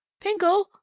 Pinkle